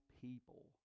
people